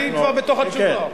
אני כבר בתוך התשובה.